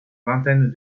vingtaine